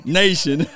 nation